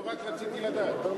לא, רק רציתי לדעת.